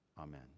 Amen